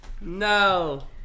No